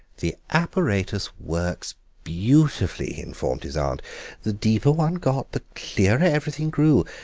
the apparatus works beautifully, he informed his aunt the deeper one got the clearer everything grew.